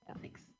Thanks